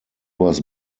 was